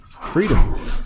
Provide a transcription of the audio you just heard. freedom